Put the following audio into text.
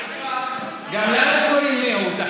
העיקר, גם לנו קוראים מיעוט.